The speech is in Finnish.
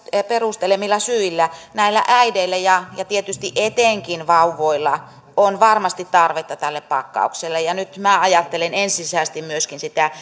perustelemilla syillä näillä äideillä ja ja tietysti etenkin vauvoilla on varmasti tarvetta tälle pakkaukselle ja nyt minä ajattelen ensisijaisesti myöskin sitä